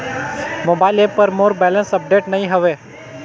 mobile app पर मोर balance update नई हवे